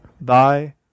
Thy